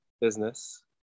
business